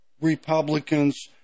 Republicans